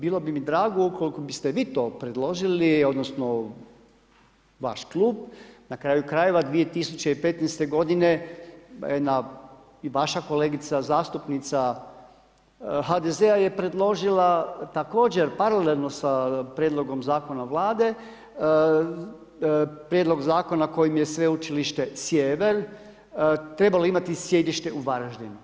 Bilo bi mi drago ukoliko bi ste vi to predložili odnosno vaš klub, na kraju krajeva 2015. godine, jedna vaša kolegica i zastupnica HDZ-a je predložila također paralelno sa prijedlogom zakona Vlade, prijedlog zakona kojim je Sveučilište Sjever trebalo imati sjedište u Varaždinu.